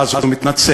ואז הוא מתנצל.